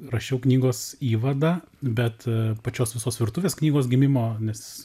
rašiau knygos įvadą bet pačios visos virtuvės knygos gimimo nes